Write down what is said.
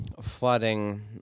flooding